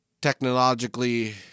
technologically